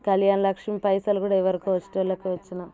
కళ్యాణ లక్ష్మి పైసలు కూడా ఎవరికో వచ్చేటోళ్ళకి వచ్చినాం